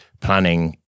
planning